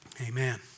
Amen